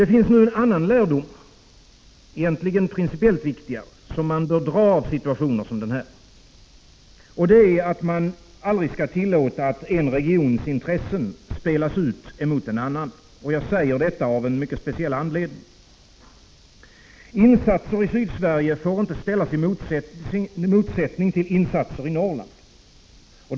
Det finns också en annan lärdom -— principiellt egentligen viktigare — som man bör dra av situationer som denna: man får aldrig tillåta att en regions intressen spelas ut mot en annan. Jag säger detta av en mycket speciell anledning. Insatser i Sydsverige får inte ställas i motsättning till insatser i Norrland.